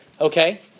okay